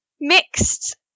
mixed